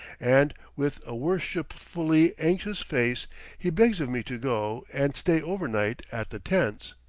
and with a worshipfully anxious face he begs of me to go and stay over night at the tents.